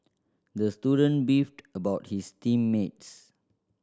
the student beefed about his team mates